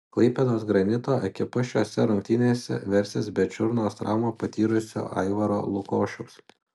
klaipėdos granito ekipa šiose rungtynėse versis be čiurnos traumą patyrusio aivaro lukošiaus